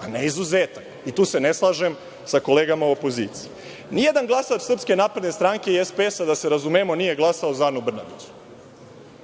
a ne izuzetak i tu se ne slažem sa kolegama u opoziciji. Nijedan glasač SNS i SPS, da se razumemo, nije glasao za Anu Brnabić